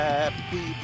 Happy